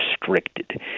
restricted